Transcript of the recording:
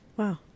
Wow